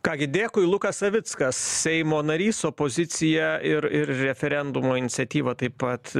ką gi dėkui lukas savickas seimo narys opozicija ir ir referendumo iniciatyva taip pat